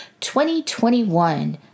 2021